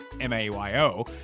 M-A-Y-O